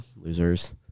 Losers